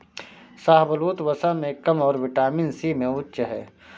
शाहबलूत, वसा में कम और विटामिन सी में उच्च है